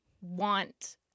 want